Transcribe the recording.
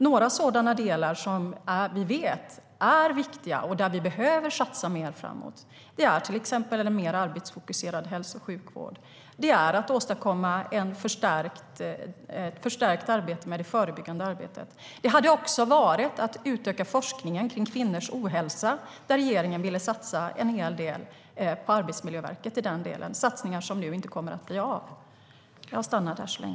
Några delar som vi vet är viktiga och där vi behöver satsa mer framåt är till exempel en mer arbetsfokuserad hälso och sjukvård. Det är också att åstadkomma ett förstärkt förebyggande arbete. Det hade också varit att utöka forskningen kring kvinnors ohälsa, där regeringen ville satsa en hel del på Arbetsmiljöverket i den delen. Det är satsningar som nu inte kommer att bli av.